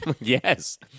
Yes